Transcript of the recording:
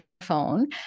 phone